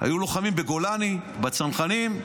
שהיו לוחמים בגולני, בצנחנים.